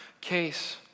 case